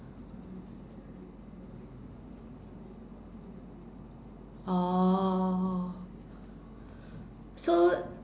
orh so